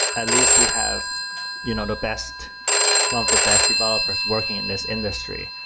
at least we have you know the best, one of the best developers working in this industry.